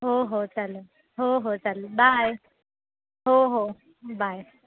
हो हो चालेल हो हो चालेल बाय हो हो बाय